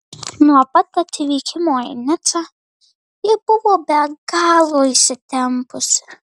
nuo pat atvykimo į nicą ji buvo be galo įsitempusi